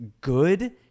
good